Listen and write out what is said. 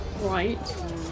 Right